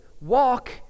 Walk